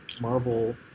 Marvel